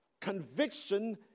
conviction